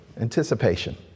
Anticipation